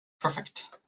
Perfect